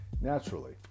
naturally